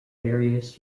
various